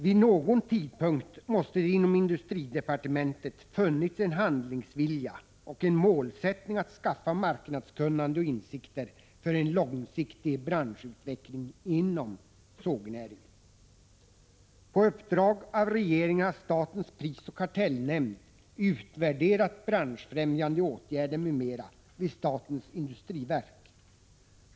Vid någon tidpunkt måste det inom industridepartementet ha funnits en handlingsvilja och en målsättning när det gällt att skaffa marknadskunnande och insikter för en långsiktig branschutveckling inom sågnäringen. På uppdrag av regeringen har statens prisoch kartellnämnd utvärderat branschfrämjande åtgärder m.m. vid statens industriverk.